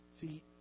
See